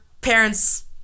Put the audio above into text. parents